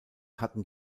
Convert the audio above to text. hatten